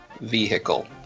vehicle